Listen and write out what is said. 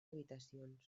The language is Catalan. habitacions